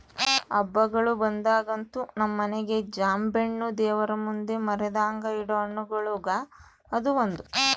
ಹಬ್ಬಗಳು ಬಂದಾಗಂತೂ ನಮ್ಮ ಮನೆಗ ಜಾಂಬೆಣ್ಣು ದೇವರಮುಂದೆ ಮರೆದಂಗ ಇಡೊ ಹಣ್ಣುಗಳುಗ ಅದು ಒಂದು